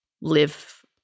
live